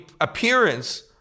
appearance